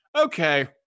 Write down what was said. okay